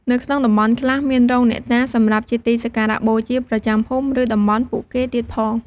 នៅក្នុងតំបន់ខ្លះ មានរោងអ្នកតា សម្រាប់ជាទីសក្ការៈបូជាប្រចាំភូមិ ឬតំបន់ពួកគេទៀតផង។